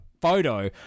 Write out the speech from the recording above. photo